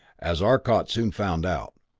as arcot soon found out.